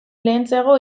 lehentxeago